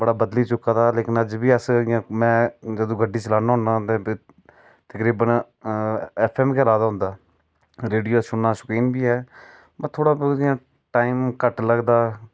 थोड़ा बदली चुके दा लेकिन अज्ज बी अस में जदूं गड्ड़ी चलानां होना हा तकरीबन एफ एम गै लाए दा होंदा हा रेडियो दा सुनने दा शौकीन बी ऐ थोह्ड़ा बोह्त टैम घट्ट लगदा